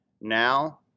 Now